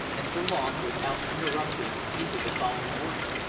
and prolonged without interruption into the following morning.